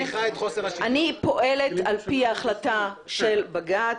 אני פועלת לפי החלטה של בג"ץ,